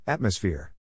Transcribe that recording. Atmosphere